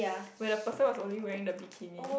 where the person was only wearing the bikini